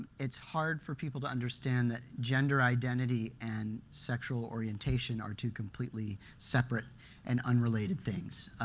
it's hard for people to understand that gender identity and sexual orientation are two completely separate and unrelated things.